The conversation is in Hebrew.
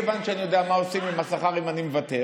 כיוון שאני יודע מה עושים עם השכר אם אני מוותר,